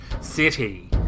city